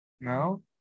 No